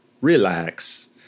relax